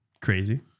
Crazy